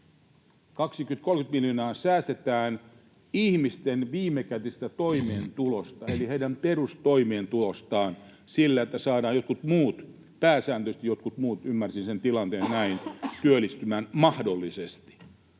20—30 miljoonaa säästetään ihmisten viimekätisestä toimeentulosta eli heidän perustoimeentulostaan sillä, että saadaan jotkut muut — pääsääntöisesti jotkut muut, ymmärsin sen tilanteen näin — mahdollisesti